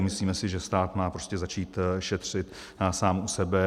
Myslíme si, že stát má prostě začít šetřit sám u sebe.